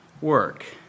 work